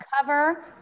cover